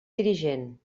dirigent